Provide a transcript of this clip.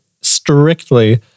strictly